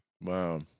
Wow